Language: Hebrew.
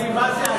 אני מה-זה עצוב.